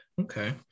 Okay